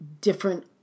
different